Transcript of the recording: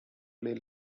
lil